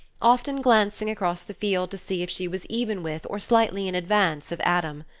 often glancing across the field to see if she was even with, or slightly in advance of adam.